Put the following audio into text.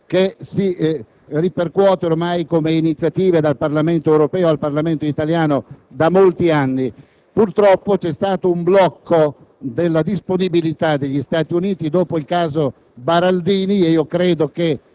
che si ripercuote ormai con iniziative dal Parlamento europeo al Parlamento italiano da molti anni. Purtroppo c'è stato un blocco della disponibilità degli Stati Uniti dopo il caso Baraldini e io credo che